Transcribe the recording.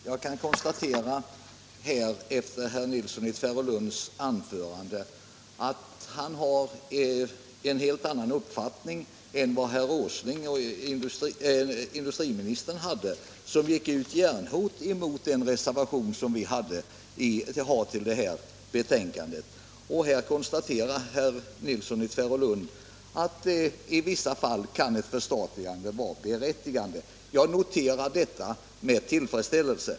Herr talman! Jag kan efter herr Nilssons i Tvärålund anförande konstatera att han har en helt annan uppfattning än industriministern, som järnhårt gick emot den reservation som vi har till det här betänkandet. Herr Nilsson i Tvärålund konstaterar att i vissa fall kan ett förstatligande vara berättigat. Jag noterar detta med tillfredsställelse.